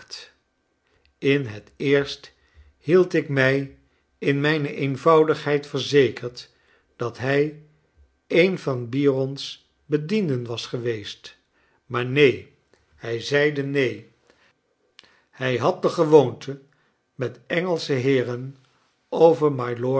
in het eerst hield ik mij in mijne eenvoudigheid verzekerd dat hij een van byron's bedienden was geweest maar neen hij zeide neen hij had de gewoonte met engelsche heeren over